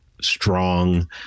strong